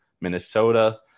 Minnesota